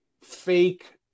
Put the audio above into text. fake